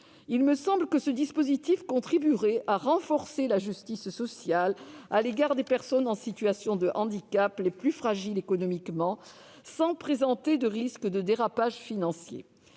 Il me semble que ce dispositif contribuerait à renforcer la justice sociale à l'égard des personnes en situation de handicap les plus fragiles économiquement, sans présenter de risque de dérapage financier.